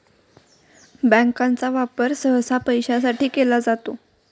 बँकांचा वापर सहसा पैशासाठी केला जातो